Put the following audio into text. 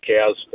cows